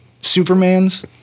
Superman's